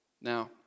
Now